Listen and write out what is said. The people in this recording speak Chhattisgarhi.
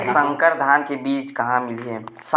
संकर धान के बीज कहां मिलही?